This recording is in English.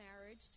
marriage